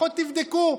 לפחות תבדקו,